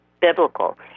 biblical